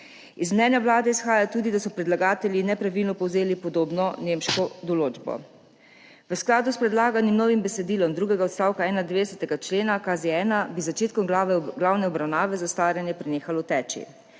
Iz mnenja Vlade izhaja tudi, da so predlagatelji nepravilno povzeli podobno nemško določbo. V skladu s predlaganim novim besedilom drugega odstavka 91. člena KZ-1 bi z začetkom glavne obravnave zastaranje prenehalo teči.